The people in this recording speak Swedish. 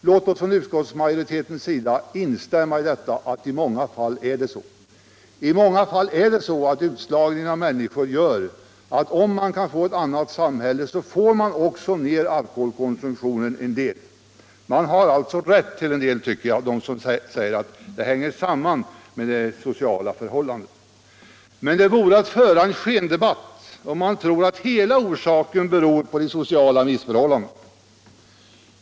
Låt oss från utskottsmajoritetens sida instämma och säga att i många fall är utslagningen av människor sådan, att om man kan skapa ett annat samhälle får man också ner alkoholkonsumtionen en del. Jag tycker alltså att de som säger att alkoholkonsumtionen hänger samman med de sociala förhållandena delvis har rätt. Men det vore att föra en skendebatt om man trodde att hela orsaken är de sociala missförhållandena.